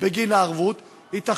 ניתנת ערבות בגין